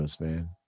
man